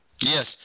Yes